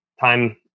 time